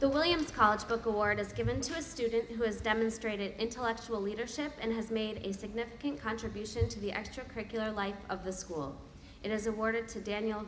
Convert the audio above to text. the williams college book award is given to a student who has demonstrated intellectual leadership and has made a significant contribution to the extracurricular life of the school and is awarded to daniel